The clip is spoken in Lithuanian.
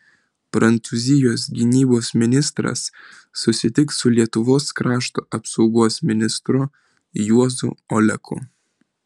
prancūzijos gynybos ministras susitiks su lietuvos krašto apsaugos ministru juozu oleku